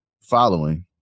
following